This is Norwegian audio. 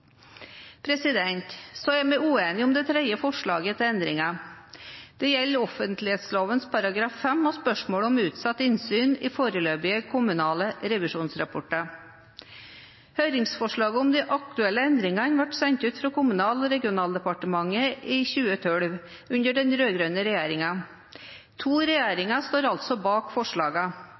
Så er vi uenige om det tredje forslaget til endringer. Det gjelder offentlighetsloven § 5 og spørsmål om utsatt innsyn i foreløpige kommunale revisjonsrapporter. Høringsforslaget om de aktuelle endringene ble sendt ut fra Kommunal- og regionaldepartementet i 2012, under den rød-grønne regjeringen. To regjeringer står altså bak